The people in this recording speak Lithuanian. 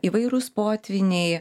įvairūs potvyniai